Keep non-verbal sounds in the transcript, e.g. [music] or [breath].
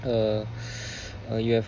uh [breath] uh you have